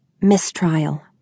Mistrial